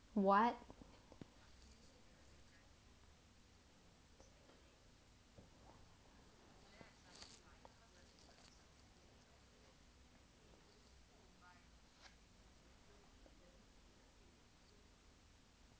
what